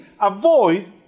avoid